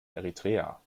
eritrea